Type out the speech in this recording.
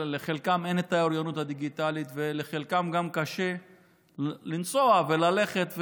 לחלקם אין את האוריינות הדיגיטלית ולחלקם גם קשה לנסוע וללכת,